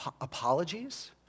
apologies